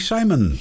Simon